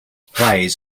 plays